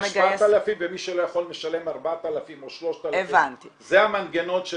7,000 ומי שלא יכול משלם 4,000 או 3,000. זה המנגנון של